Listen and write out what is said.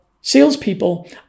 salespeople